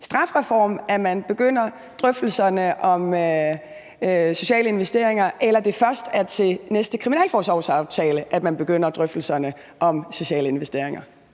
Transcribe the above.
strafreform, at man begynder drøftelserne om sociale investeringer, eller om det først er ved næste kriminalforsorgsaftale, at man påbegynder drøftelserne om sociale investeringer.